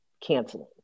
canceling